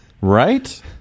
Right